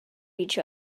each